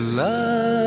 love